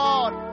Lord